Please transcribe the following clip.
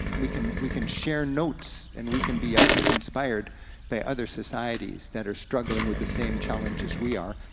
we can we can share notes, and we can be, i think, inspired by other societies that are struggling with the same challenges we are,